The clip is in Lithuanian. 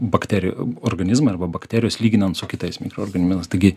bakterijų organizmai arba bakterijos lyginant su kitais mikroorganizmams taigi